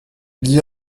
dit